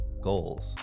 goals